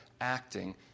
acting